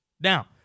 Now